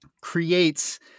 creates